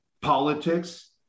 politics